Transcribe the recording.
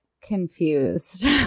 confused